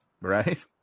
Right